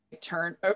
turn